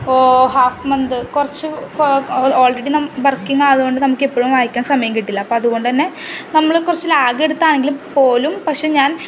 half month കുറച്ച് already working ആയത് കൊണ്ട് നമുക്ക് എപ്പോഴും വായിക്കാൻ സമയം കിട്ടില്ല അപ്പം അത് കൊണ്ട് തന്നെ നമ്മൾ കുറച്ച് ലഗ് എടുത്താണെങ്കിൽ പോലും പക്ഷേ ഞാൻ